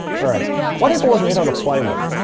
all right. what if it was made out of plywood,